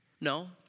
No